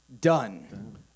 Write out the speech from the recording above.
Done